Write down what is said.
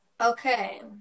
Okay